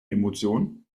emotion